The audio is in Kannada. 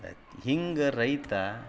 ಅದು ಹಿಂಗೆ ರೈತ